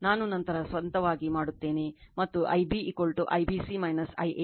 ನಾನು ನಂತರ ಸ್ವಂತವಾಗಿ ಮಾಡುತ್ತೇನೆ ಮತ್ತು Ib IBC IABಮತ್ತು I c ICA IBC